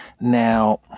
Now